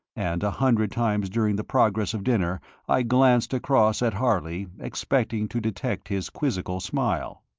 and a hundred times during the progress of dinner i glanced across at harley, expecting to detect his quizzical smile.